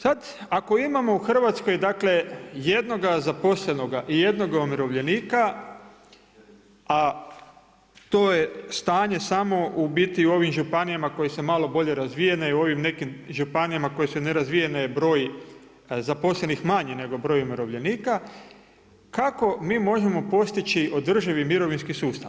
Sad ako imamo u Hrvatskoj jednog zaposlenog i jednog umirovljenika, a to je stanje samo u biti u ovim županijama koje su malo bolje razvijene, u ovim nekim županijama koje su nerazvijene je broj zaposlenih manji nego broj umirovljenika, kako mi možemo postići održivi mirovinski sustav.